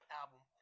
album